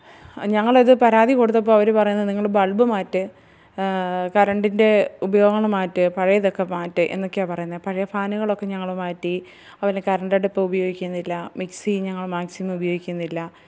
ഞങ്ങളത് പരാതി കൊടുത്തപ്പോള് അവര് പറയുന്നത് നിങ്ങള് ബള്ബ് മാറ്റ് കരണ്ടിന്റെ ഉപയോഗങ്ങള് മാറ്റ് പഴയതെക്കെ മാറ്റ് എന്നെക്കെയാ പറയുന്നെ പഴയ ഫാനുകളൊക്കെ ഞങ്ങള് മാറ്റി അതുപോലെ കരണ്ടടുപ്പ് ഉപയോഗിക്കുന്നില്ല മിക്സി ഞങ്ങള് മാക്സിമം ഉപയോഗിക്കുന്നില്ല